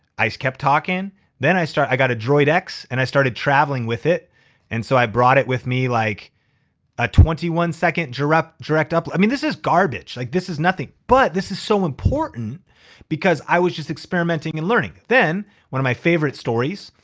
i just kept talking then i got a droid x and i started traveling with it and so i brought it with me like a twenty one second direct direct up. i mean, this is garbage, like this is nothing. but this is so important because i was just experimenting and learning. then one of my favorite stories,